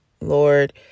Lord